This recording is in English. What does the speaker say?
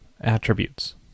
attributes